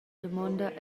damonda